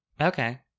Okay